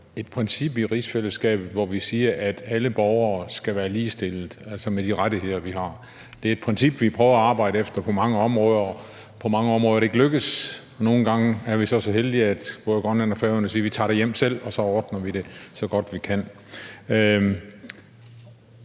et princip i rigsfællesskabet, hvor vi siger, at alle borgere skal være ligestillede, altså med de rettigheder, vi har. Det er et princip, vi prøver at arbejde efter på mange områder, og på mange områder er det ikke lykkedes. Nogle gange er vi så så heldige, at både Grønland og Færøerne siger: Vi tager det hjem selv, og så ordner vi det, så godt vi kan.